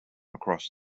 across